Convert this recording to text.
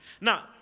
Now